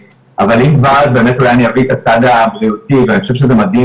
אבל אם כבר אז באמת אולי אני אביא את הצד הבריאותי ואני חושב שזה מדהים